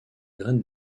graine